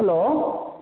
hello